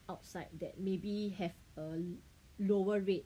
outside that maybe have a lower rate